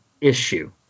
issue